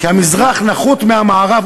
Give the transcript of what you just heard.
כי המזרח נחות מהמערב".